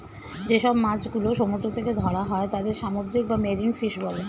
যে সব মাছ গুলো সমুদ্র থেকে ধরা হয় তাদের সামুদ্রিক বা মেরিন ফিশ বলে